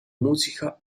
musica